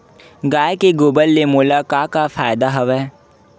गाय के गोबर ले मोला का का फ़ायदा हवय?